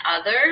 others